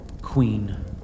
queen